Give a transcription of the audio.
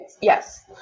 Yes